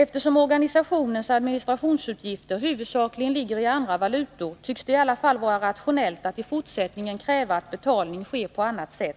Eftersom organisationens administrationsutgifter huvudsakligen ligger i andra valutor tycks det i alla fall vara rationellt att i fortsättningen kräva att betalning sker på annat sätt,